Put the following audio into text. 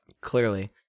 Clearly